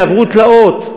והיהודים האלה עברו תלאות,